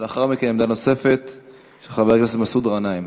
לאחר מכן, עמדה נוספת של חבר הכנסת מסעוד גנאים.